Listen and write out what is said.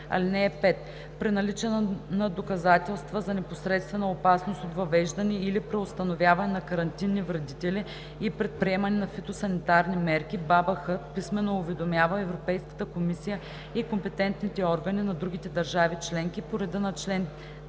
5 и 6: „(5) При наличие на доказателства за непосредствена опасност от въвеждане или при установяване на карантинни вредители и предприемане на фитосанитарни мерки БАБХ писмено уведомява Европейската комисия и компетентните органи на другите държави членки по реда на чл.